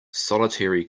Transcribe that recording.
solitary